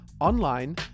online